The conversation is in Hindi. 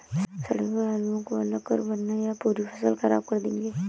सड़े हुए आलुओं को अलग करो वरना यह पूरी फसल खराब कर देंगे